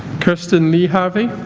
kirsten lee harvey